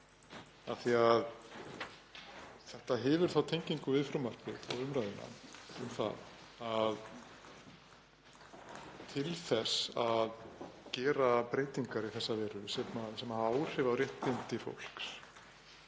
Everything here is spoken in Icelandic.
þetta hefur þá tengingu við frumvarpið og umræðuna, um það að til þess að gera breytingar í þessa veru, sem hafa áhrif á réttindi fólks,